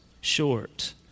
short